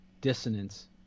dissonance